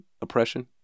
oppression